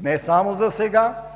не само засега,